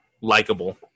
likable